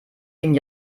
ihnen